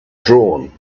drawn